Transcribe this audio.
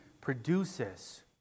produces